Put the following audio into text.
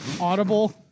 audible